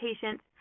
patients